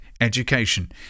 education